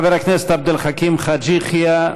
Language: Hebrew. חבר הכנסת עבד אל חכים חאג' יחיא,